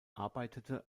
arbeitete